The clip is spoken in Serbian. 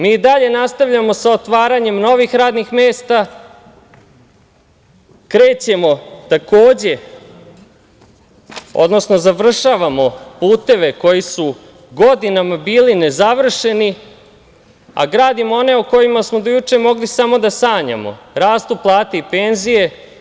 Mi i dalje nastavljamo sa otvaranjem novih radnih mesta, završavamo puteve koji su godinama bili nezavršeni, a gradimo one o kojima smo do juče mogli samo da sanjamo, rastu plate i penzije.